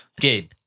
Okay